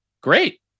Great